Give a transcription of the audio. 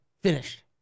finished